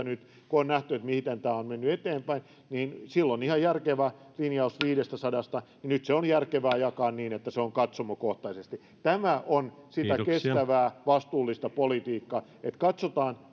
nyt kun on nähty miten tämä on mennyt eteenpäin niin aikanaan ihan järkevä linjaus viidestäsadasta on nyt järkevää jakaa niin että se on katsomokohtaisesti tämä on sitä kestävää vastuullista politiikkaa että katsotaan